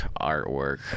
artwork